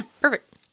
perfect